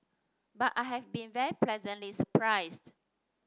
but I have been very pleasantly surprised